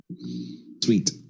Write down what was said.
Sweet